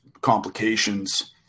complications